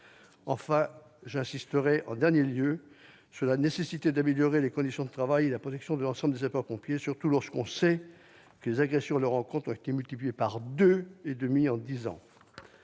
Enfin, j'insisterai en dernier lieu sur la nécessité d'améliorer les conditions de travail et la protection de l'ensemble des sapeurs-pompiers, surtout lorsque l'on sait que les agressions à leur encontre ont été multipliées par deux et demi en dix ans.